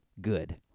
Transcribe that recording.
good